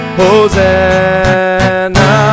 Hosanna